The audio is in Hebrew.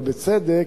ובצדק,